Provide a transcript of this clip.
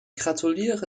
gratuliere